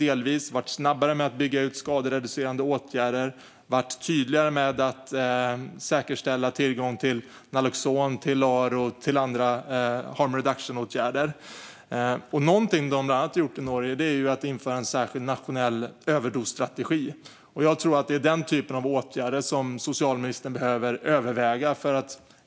Man har varit snabbare med att bygga ut skadereducerande åtgärder och tydligare med att säkerställa tillgång till naloxon, LARO och andra harm reduction-åtgärder. Någonting man bland annat har gjort i Norge är att införa en särskild nationell överdosstrategi. Jag tror att det är den typen av åtgärder som socialministern behöver överväga.